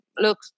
look